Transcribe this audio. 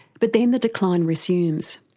but then the decline resumes.